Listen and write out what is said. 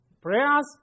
Prayers